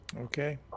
okay